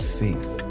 faith